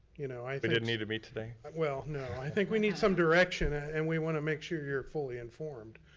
you know i mean didn't need to meet today? well no, i think we need some direction, and we wanna make sure you're fully informed.